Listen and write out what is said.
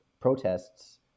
protests